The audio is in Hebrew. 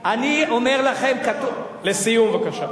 אני אומר לכם: כתוב, לסיום, בבקשה.